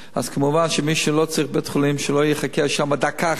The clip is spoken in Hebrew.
אז כמובן מי שלא צריך בית-חולים שלא יחכה שם דקה אחת,